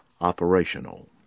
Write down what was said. operational